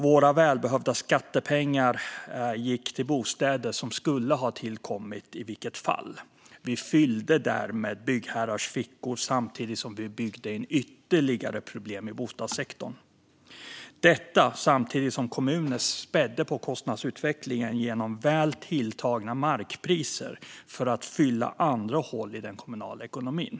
Våra välbehövliga skattepengar gick till bostäder som skulle ha tillkommit i vilket fall som helst. Vi fyllde därmed byggherrars fickor samtidigt som vi byggde in ytterligare problem i bostadssektorn - detta samtidigt som kommuner spädde på kostnadsutvecklingen genom väl tilltagna markpriser för att fylla andra hål i den kommunala ekonomin.